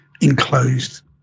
enclosed